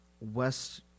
West